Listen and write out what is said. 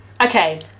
okay